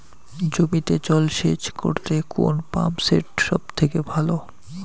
জমিতে জল সেচ করতে কোন পাম্প সেট সব থেকে ভালো?